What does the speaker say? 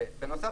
בנוסף,